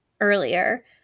earlier